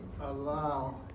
allow